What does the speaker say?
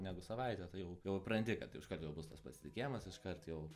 negu savaitė tai jau jau įpranti kad iškart jau bus tas pasitikėjimas iškart jau